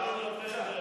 אבל למה אתה לא נותן להם,